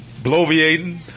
bloviating